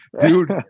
dude